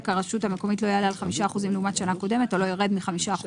הרשות המקומית לא יעלה על 5% לעומת שנה קודמת ולא יירד מ-5%.